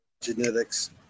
genetics